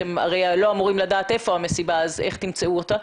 אתם הרי לא אמורים לדעת היכן המסיבה ולכן איך תמצאו אותה?